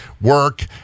work